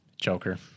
Joker